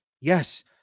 Yes